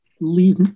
leave